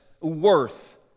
worth